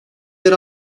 yer